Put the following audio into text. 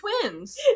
twins